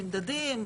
נמדדים,